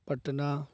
Patna